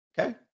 okay